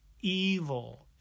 evil